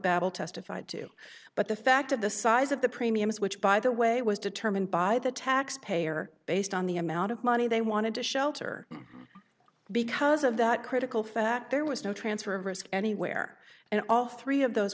battle testified to but the fact of the size of the premiums which by the way was determined by the taxpayer based on the amount of money they wanted to shelter because of that critical fact there was no transfer of risk anywhere and all three of those